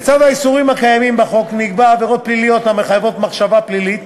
לצד האיסורים הקיימים בחוק נקבעו עבירות פליליות המחייבות מחשבה פלילית.